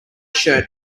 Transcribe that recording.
shirt